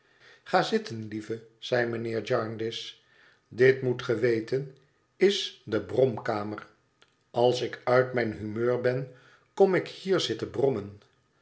ga zitten lieve zeide mijnheer jarndyce dit moet ge weten is de bromkamer als ik uit mijn humeur ben kom ik hier zitten brommen